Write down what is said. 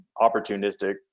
opportunistic